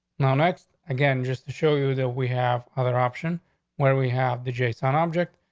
no, not again. just to show you that we have other options where we have the jason object.